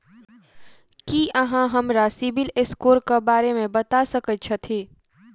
की अहाँ हमरा CIBIL score क बारे मे बता सकइत छथि?